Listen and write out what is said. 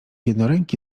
jednoręki